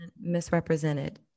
misrepresented